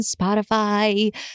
Spotify